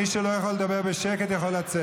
מי שלא יכול לדבר בשקט יכול לצאת.